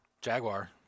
Jaguar